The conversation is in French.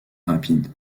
rapide